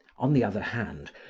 on the other hand,